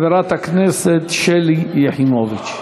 חברת הכנסת שלי יחימוביץ.